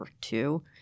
two